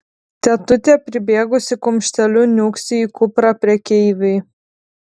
tetutė pribėgusi kumšteliu niūksi į kuprą prekeiviui